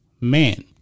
man